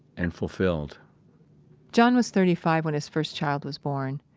and fulfilled john was thirty five when his first child was born.